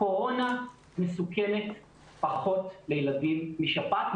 קורונה מסוכנת פחות לילדים משפעת.